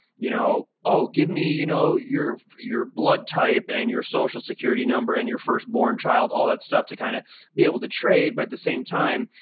you know, oh, give me you know your your blood type and your social security number and your firstborn child, all that stuff, to kinda be able to trade. but at the same time,